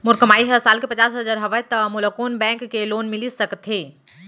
मोर कमाई ह साल के पचास हजार हवय त मोला कोन बैंक के लोन मिलिस सकथे?